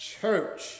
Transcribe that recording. church